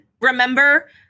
remember